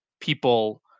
people